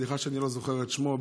סליחה שאני לא זוכר את שמו,